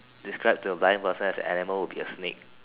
describe to a blind person as animal would be a snake